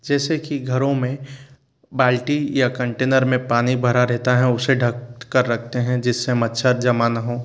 जैसे कि घरों में बाल्टी या कंटेनर में पानी भरा रहता है उसे ढक कर रखते हैं जिससे मच्छर जमा न हों